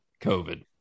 COVID